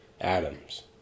atoms